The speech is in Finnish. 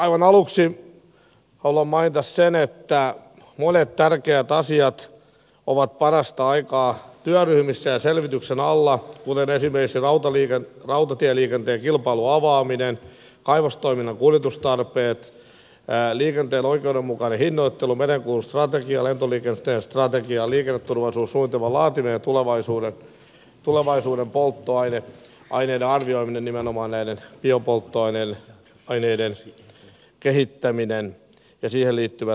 aivan aluksi haluan mainita sen että monet tärkeät asiat ovat parastaikaa työryhmissä ja selvityksen alla kuten esimerkiksi rautatieliikenteen kilpailun avaaminen kaivostoiminnan kuljetustarpeet liikenteen oikeudenmukainen hinnoittelu merenkulun strategia lentoliikenteen strategia liikenneturvallisuussuunnitelman laatiminen ja tulevaisuuden polttoaineiden arvioiminen nimenomaan näiden biopolttoaineiden kehittäminen ja siihen liittyvät asiat